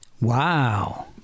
Wow